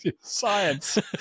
Science